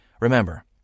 Remember